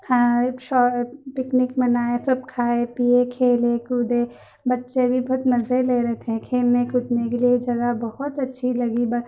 کھائے پکنک منائے سب کھائے پیے کھیلے کودے بچے بھی بہت مزے لے رہے تھے کھیلنے کودنے کے لیے جگہ بہت اچھی لگی